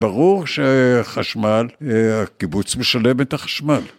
ברור שחשמל, הקיבוץ משלם את החשמל.